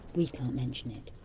we can't mention it.